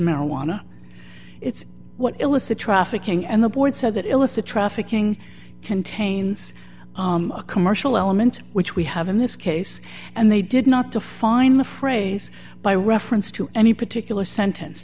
marijuana it's what illicit trafficking and the board said that illicit trafficking contains a commercial element which we have in this case and they did not to find the phrase by reference to any particular sentence